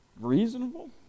Reasonable